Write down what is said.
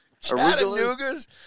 Chattanooga's